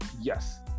Yes